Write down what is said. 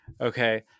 okay